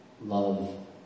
love